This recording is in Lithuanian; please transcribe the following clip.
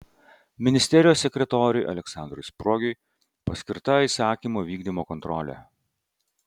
ministerijos sekretoriui aleksandrui spruogiui paskirta įsakymo vykdymo kontrolė